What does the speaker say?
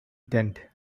tent